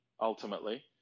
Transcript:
ultimately